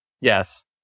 Yes